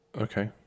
Okay